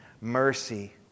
mercy